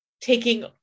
taking